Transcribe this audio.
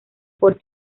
por